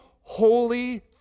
holy